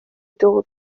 dod